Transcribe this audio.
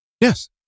Yes